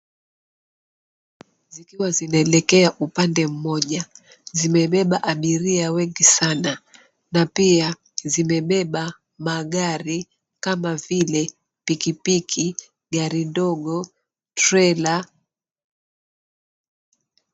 Feri mbili zikiwa zinaelekea upande mmoja zikiwa zimebeba abiria wengi sana na pia zimebeba magari kama vile, pikipiki, gari ndogo, trailer .